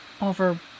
over